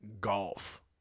golf